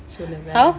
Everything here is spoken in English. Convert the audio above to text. how